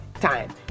time